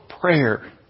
prayer